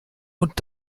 und